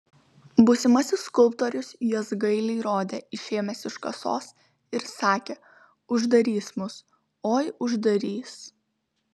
būsimasis skulptorius juos gailiai rodė išėmęs iš kasos ir sakė uždarys mus oi uždarys